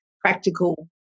practical